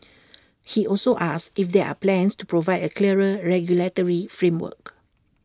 he also asked if there are plans to provide A clearer regulatory framework